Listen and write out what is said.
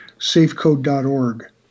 SafeCode.org